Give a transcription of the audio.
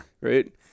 right